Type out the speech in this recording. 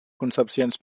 concepcions